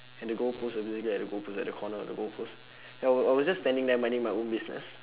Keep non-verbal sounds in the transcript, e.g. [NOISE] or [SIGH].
at the goalpost so basically I at the goalpost at the corner of the goalpost [BREATH] ya I was I was just standing there minding my own business